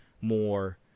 more